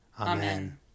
Amen